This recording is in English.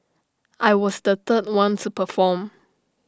I was the third one to perform